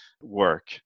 work